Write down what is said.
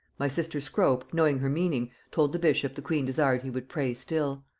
my sister scrope, knowing her meaning, told the bishop the queen desired he would pray still.